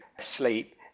sleep